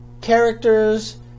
characters